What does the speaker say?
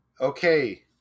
Okay